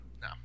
No